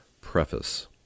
preface